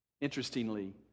Interestingly